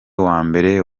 wambere